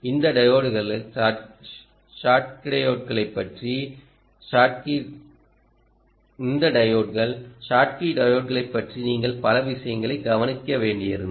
இந்த டையோட்கள் ஷாட்கிடையோட்களைப் பற்றி நீங்கள் பல விஷயங்களைக் கவனிக்க வேண்டியிருந்தது